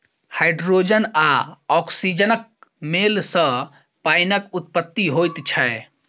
hydrogen आ औक्सीजनक मेल सॅ पाइनक उत्पत्ति होइत छै